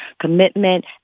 commitment